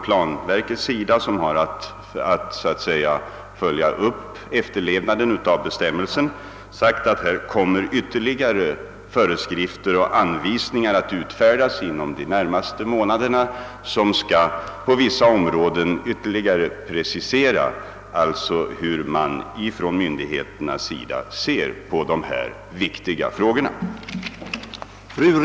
Planverket, som har att följa efterlevnaden av bestämmelserna, har meddelat att ytterligare föreskrifter och anvisningar kommer att utfärdas inom de närmaste månaderna för att på vissa områden närmare precisera hur myndigheterna ser på dessa viktiga frågor.